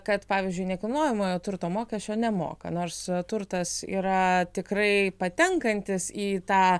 kad pavyzdžiui nekilnojamojo turto mokesčio nemoka nors turtas yra tikrai patenkantis į tą